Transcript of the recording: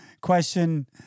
question